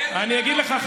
אני אגיד לך,